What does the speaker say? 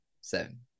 seven